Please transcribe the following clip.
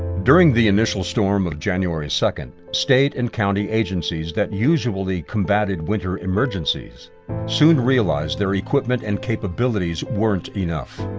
during the initial storm of january second, state and county agencies that usually combatted winter emergencies soon realized their equipment and capabilities weren't enough.